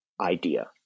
idea